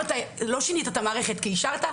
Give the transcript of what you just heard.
דיון ממצה זה לא הדיון הזה שהוא דיון קצרצר,